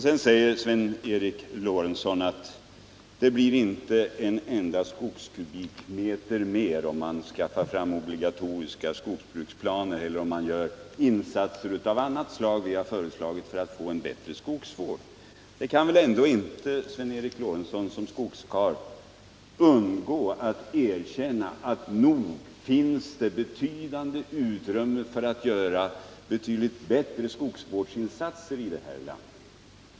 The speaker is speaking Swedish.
Sedan säger Sven Eric Lorentzon: Det blir inte en enda skogskubikmeter mer om man skaffar fram obligatoriska skogsbruksplaner eller gör insatser av annat slag som vi föreslagit för att få en bättre skogsvård. Men Sven Eric Lorentzon kan väl ändå inte som skogskarl undgå att erkänna att det finns betydande utrymme för att göra väsentligt bättre skogsvårdsinsatser i det här landet.